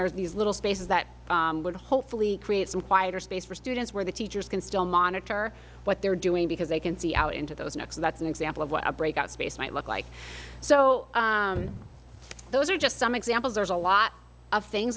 there's these little spaces that would hopefully create some quieter space for students where the teachers can still monitor what they're doing because they can see out into those next that's an example of what a breakout space might look like so those are just some examples there's a lot of things